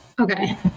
Okay